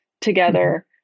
together